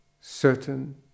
certain